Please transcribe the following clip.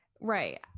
right